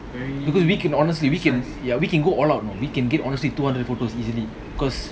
because we can honestly we can ya we can go all out know we can get honestly two hundred photos easily cause